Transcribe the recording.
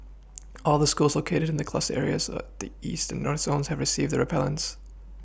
all the schools located in the cluster areas the east and North zones have received the repellents